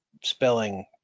spelling